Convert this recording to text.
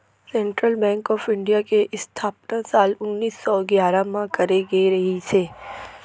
central bank of India के इस्थापना साल उन्नीस सौ गियारह म करे गे रिहिस हे